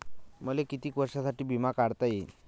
मले कितीक वर्षासाठी बिमा काढता येईन?